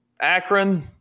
Akron